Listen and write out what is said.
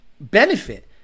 benefit